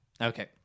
Okay